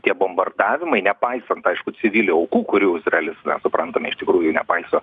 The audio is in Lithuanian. tie bombardavimai nepaisant aišku civilių aukų kurių izraelis suprantame iš tikrųjų nepaiso